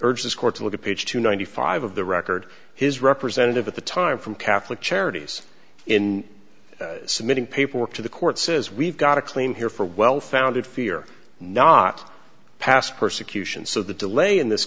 urge this court to look at page two ninety five of the record his representative at the time from catholic charities in submitting paperwork to the court says we've got a claim here for a well founded fear not past persecution so the delay in this